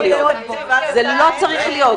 זה לא צריך להיות.